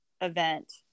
event